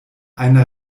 einer